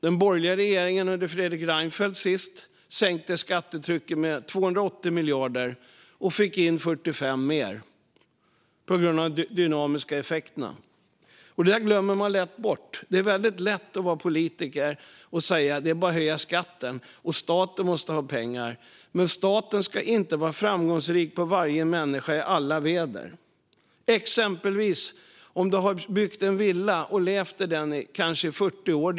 Den borgerliga regeringen under Fredrik Reinfeldt sänkte skattetrycket med 280 miljarder och fick in 45 mer på grund av dynamiska effekter. Detta glömmer man lätt bort. Det är lätt att vara politiker och säga: Det är bara att höja skatten, och staten måste ha pengar. Men staten ska inte vara framgångsrik på bekostnad av varje människa i alla väder. Låt oss säga att du har byggt en villa och levt i den i 40 år.